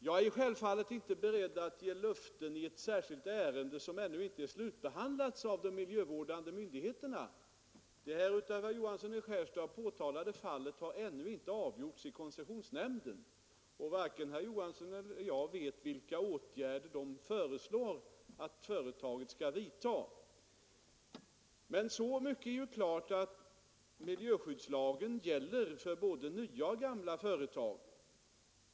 Jag är självfallet inte beredd att ge löften i ett särskilt ärende som ännu inte slutbehandlats av de miljövårdande myndigheterna. Det av herr Johansson i Skärstad påtalade fallet har ännu inte avgjorts i koncessionsnämnden, och varken herr Johansson eller jag vet vilka åtgärder nämnden kommer att föreslå att företaget skall vidta. Men så mycket är ju klart att miljöskyddslagen gäller för både nya och gamla företag.